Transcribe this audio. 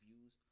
views